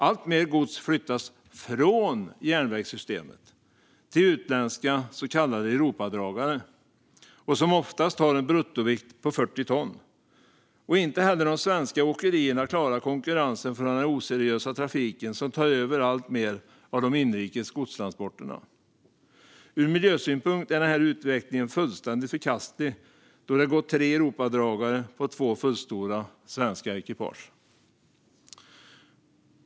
Alltmer gods flyttas från järnvägssystemet till utländska så kallade Europadragare som oftast har en bruttovikt på 40 ton. Inte heller de svenska åkerierna klarar konkurrensen från den oseriösa trafiken som tar över alltmer av inrikes godstransporter. Ur miljösynpunkt är den här utvecklingen fullständigt förkastlig då det går tre Europadragare på två fullstora svenska ekipage.